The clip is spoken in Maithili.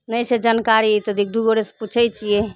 नहि छै जानकारी तऽ दू गोटेसँ पुछै छियै